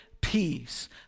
peace